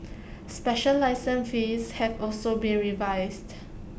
special license fees have also been revised